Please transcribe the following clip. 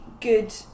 good